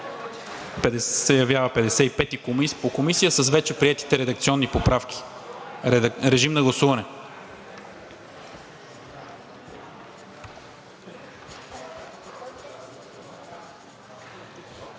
явява чл. 55 по Комисия с вече приетите редакционни поправки. Режим на гласуване.